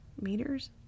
meters